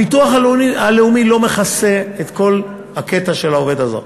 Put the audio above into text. הביטוח הלאומי לא מכסה את כל הקטע של העובד הזר.